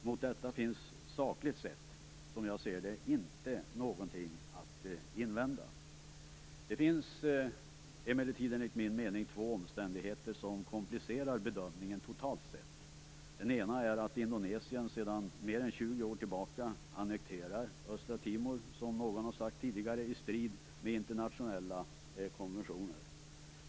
Mot detta finns sakligt sett, som jag ser det, ingenting att invända. Det finns emellertid enligt min mening två omständigheter som komplicerar bedömningen totalt sett. Den ena är att Indonesien sedan mer än 20 år tillbaka annekterar Östra Timor, som någon har sagt tidigare, i strid med internationella konventioner.